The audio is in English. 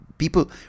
People